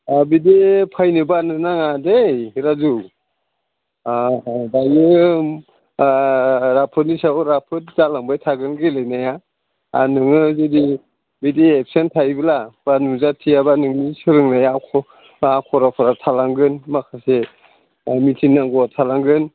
बिदि फैनो बानो नाङा दे राजु दायो राफोदनि सायाव राफोद जालांबाय थागोन गेलेनाया आर नोङो जुदि बिदि एबसेन्ट थायोब्ला बा नुजाथियाब्ला नोंनि सोलोंनाया फरा फरा थालांगोन माखासे मिथिनांगौआ थालांगोन